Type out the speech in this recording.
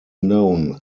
known